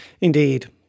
Indeed